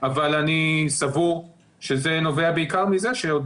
אבל אני סבור שזה נובע בעיקר מזה שעוד